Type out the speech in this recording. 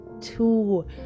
two